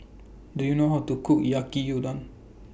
Do YOU know How to Cook Yaki Udon